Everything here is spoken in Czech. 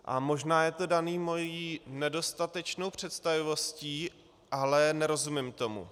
A možná je to dané mou nedostatečnou představivostí, ale nerozumím tomu.